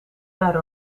naar